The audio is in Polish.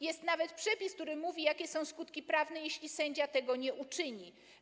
Jest nawet przepis, który mówi, jakie są skutki prawne, jeśli sędzia tego nie uczyni.